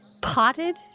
Potted